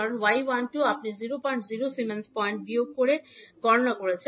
কারণ y 12 আপনি 005 সিমেন্সের পয়েন্ট বিয়োগ হিসাবে গণনা করেছেন